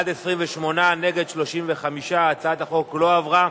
בעד, 28, נגד, 35. הצעת החוק לא עברה.